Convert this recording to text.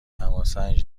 دماسنج